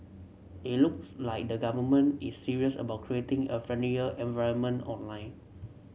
it looks like the government is serious about creating a friendlier environment online